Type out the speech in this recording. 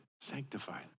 sanctified